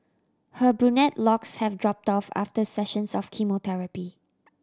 her brunette locks have dropped off after sessions of chemotherapy